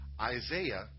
Isaiah